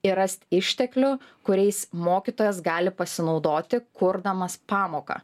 ir rast išteklių kuriais mokytojas gali pasinaudoti kurdamas pamoką